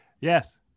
yes